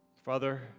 Father